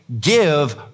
give